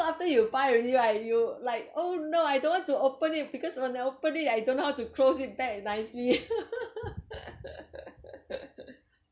after you buy already right you like oh no I don't want to open it because when I open it I don't know how to close it back nicely